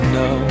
no